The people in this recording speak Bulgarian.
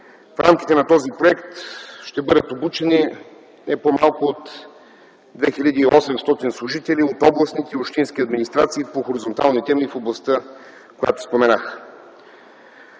В рамките на този проект ще бъдат обучени не по-малко от 2800 служители от областните и общински администрации по хоризонталните - има и в областта, която споменах.